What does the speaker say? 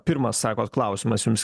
pirmas sakot klausimas jums